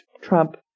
Trump